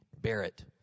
Barrett